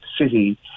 city